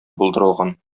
булдырылган